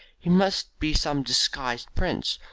he must be some disguised prince,